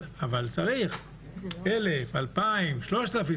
אבל צריך אלף, אלפיים, שלושת אלפים?